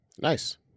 Nice